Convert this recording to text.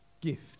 gift